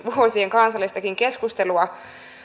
vuosien kansallistakin keskustelua